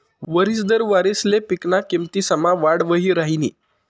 वरिस दर वारिसले पिकना किमतीसमा वाढ वही राहिनी